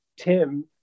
Tim